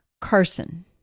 Carson